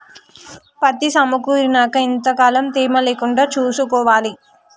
పత్తి సమకూరినాక ఎంత కాలం తేమ లేకుండా చూసుకోవాలి?